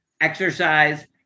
exercise